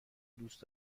دوست